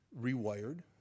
rewired